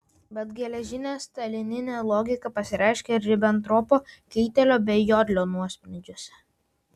bet geležinė stalininė logika pasireiškė ir ribentropo keitelio bei jodlio nuosprendžiuose